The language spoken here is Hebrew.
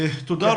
תודה.